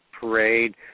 parade